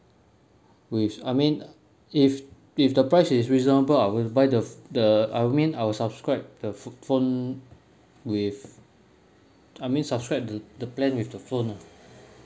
with I mean uh if if the price is reasonable I will buy the the I mean I will subscribe the ph~ phone with I mean subscribe the the plan with the phone ah